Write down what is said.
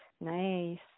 nice